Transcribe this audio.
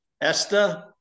Esther